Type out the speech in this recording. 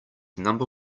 number